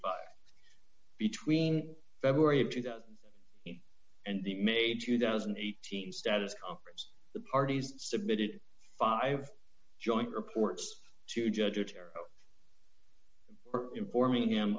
five between february of two thousand and the made two thousand and eighteen status conference the parties submitted five joint reports to judge or terror informing him